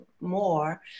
more